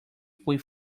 fue